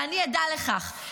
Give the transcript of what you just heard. ואני עדה לכך,